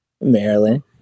Maryland